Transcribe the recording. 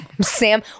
Sam